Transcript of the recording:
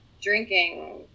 drinking